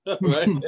right